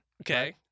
Okay